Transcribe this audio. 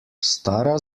stara